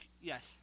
Yes